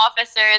officers